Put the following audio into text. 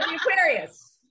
Aquarius